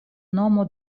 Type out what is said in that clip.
nomo